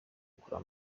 kureba